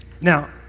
Now